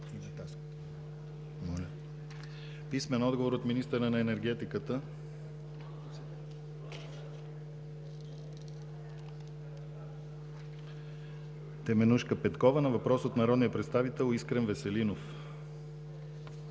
писмен отговор от министъра на енергетиката Теменужка Петкова на въпрос от народния представител Искрен Веселинов;